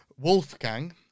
wolfgang